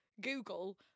Google